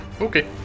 Okay